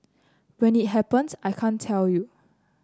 when it happens I can't tell you